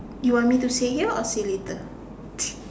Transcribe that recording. you mean to say here or say later